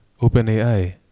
OpenAI